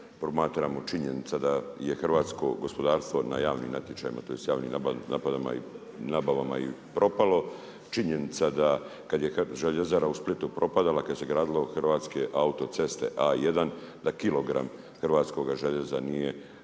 promatramo činjenica da je hrvatsko gospodarstvo na javni natječaj, tj. javni nabavama i propalo. Činjenica da kada željezara u Splitu propadala, kad se gradilo hrvatske autoceste, A1, na kilogram hrvatskoga željeza nije